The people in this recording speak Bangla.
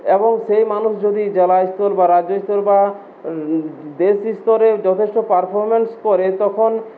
এবং সেই মানুষ যদি জেলা স্তর বা রাজ্য স্তর বা দেশ স্তরে যথেষ্ট পারফরমেন্স করে তখন